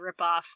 ripoff